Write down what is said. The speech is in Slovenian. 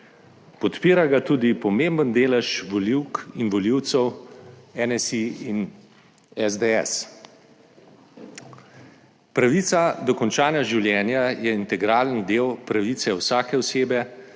Podpira ga tudi pomemben delež volivk in volivcev NSi in SDS. Pravica do končanja življenja je integralni del pravice vsake osebe,